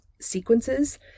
sequences